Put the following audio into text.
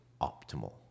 optimal